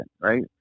right